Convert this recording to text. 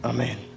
Amen